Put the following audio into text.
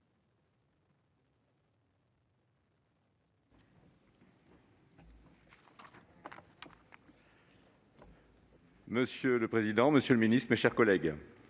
Monsieur le président, monsieur le ministre, mes chers collègues,